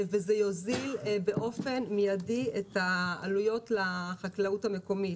וזה דבר שיוזיל באופן מיידי את העלויות לחקלאות המקומית.